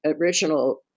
original